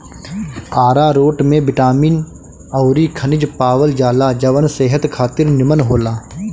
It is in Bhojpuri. आरारोट में बिटामिन अउरी खनिज पावल जाला जवन सेहत खातिर निमन होला